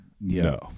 no